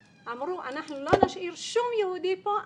אמרו: אנחנו לא נשאיר שום יהודי פה,